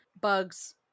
bugs